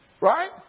Right